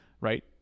right